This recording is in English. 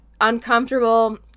uncomfortable